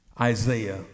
Isaiah